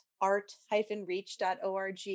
art-reach.org